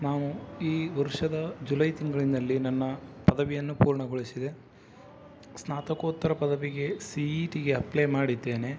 ನಾವು ಈ ವರ್ಷದ ಜುಲೈ ತಿಂಗಳಿನಲ್ಲಿ ನನ್ನ ಪದವಿಯನ್ನು ಪೂರ್ಣಗೊಳಿಸಿದೆ ಸ್ನಾತಕೋತ್ತರ ಪದವಿಗೆ ಸಿ ಇ ಟಿಗೆ ಅಪ್ಲೈ ಮಾಡಿದ್ದೇನೆ